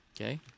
Okay